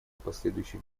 последующих